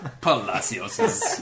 Palacios